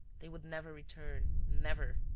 they would never return, never!